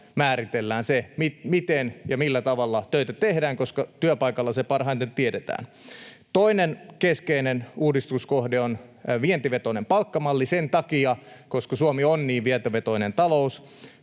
määritellään se, miten ja millä tavalla töitä tehdään, koska työpaikalla se parhaiten tiedetään. Toinen keskeinen uudistuskohde on vientivetoinen palkkamalli sen takia, että Suomi on niin vientivetoinen talous.